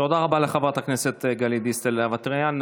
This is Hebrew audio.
תודה רבה לחברת הכנסת גלית דיסטל אטבריאן.